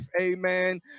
Amen